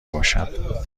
باشد